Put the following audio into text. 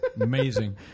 Amazing